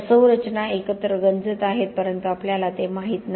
ज्या संरचना एकतर गंजत आहेत परंतु आपल्याला ते माहित नाही